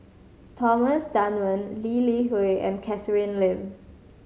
Thomas Dunman Lee Li Hui and Catherine Lim